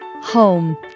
home